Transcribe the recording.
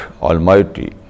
Almighty